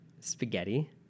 Spaghetti